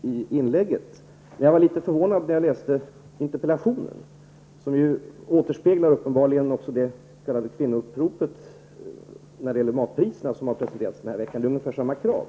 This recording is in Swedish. men jag blev litet förvånad när jag läste interpellationen, som uppenbarligen återspeglar det s.k. kvinnouppropet om matpriserna som har presenterats den här veckan. Det är ungefär samma krav.